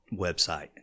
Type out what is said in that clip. website